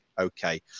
okay